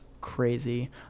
crazy